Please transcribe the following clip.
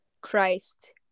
Christ